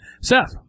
Seth